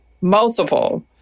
Multiple